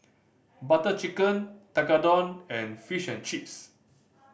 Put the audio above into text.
Butter Chicken Tekkadon and Fish and Chips